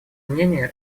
мнению